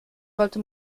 sollte